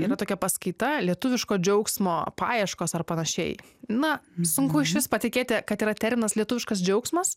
yra tokia paskaita lietuviško džiaugsmo paieškos ar panašiai na sunku išvis patikėti kad yra terminas lietuviškas džiaugsmas